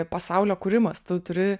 pasaulio kūrimas tu turi